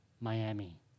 Miami